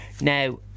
Now